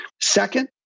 Second